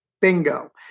Bingo